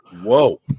whoa